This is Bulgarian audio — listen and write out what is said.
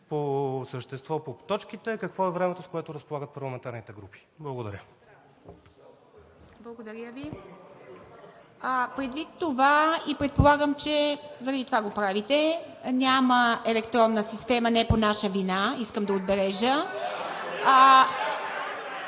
по същество по точките какво е времето, с което разполагат парламентарните групи. Благодаря. ПРЕДСЕДАТЕЛ ИВА МИТЕВА: Благодаря Ви. Предвид това, а предполагам, че и заради това го правите – няма електронна система, не по наша вина, искам да отбележа.